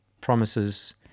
Promises